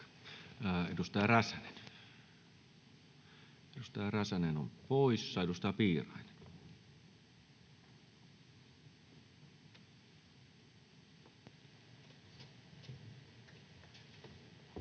edustaja Räsänen on poissa. — Edustaja Piirainen. [Speech